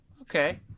okay